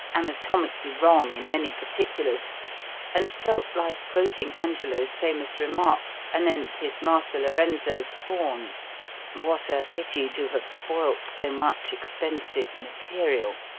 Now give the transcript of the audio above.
anatomically wrong in many particulars and felt like quoting angelo's famous remark anent his master lorenzo's faun what a pity to have spoilt so much expensive material,